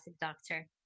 doctor